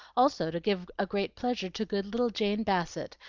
also to give a great pleasure to good little jane bassett,